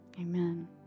Amen